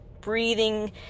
breathing